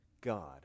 God